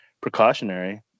precautionary